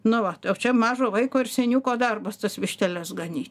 nu va čia mažo vaiko ir seniuko darbas tas višteles ganyt